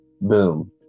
boom